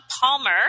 Palmer